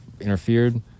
interfered